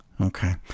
Okay